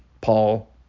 Paul